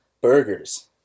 burgers